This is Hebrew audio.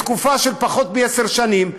בתקופה של פחות מעשר שנים,